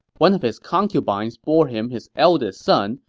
one of his concubines bore him his eldest son,